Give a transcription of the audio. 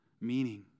meaning